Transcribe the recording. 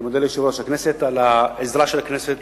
אני מודה ליושב-ראש הכנסת על העזרה של הכנסת